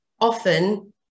often